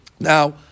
Now